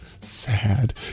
Sad